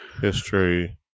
history